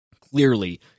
Clearly